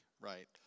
right